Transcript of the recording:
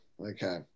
okay